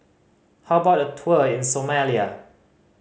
how about a tour in Somalia